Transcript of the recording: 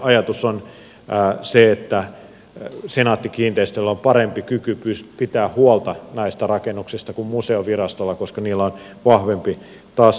ajatus on se että senaatti kiinteistöillä on parempi kyky pitää huolta näistä rakennuksista kuin museovirastolla koska niillä on vahvempi tase